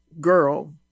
girl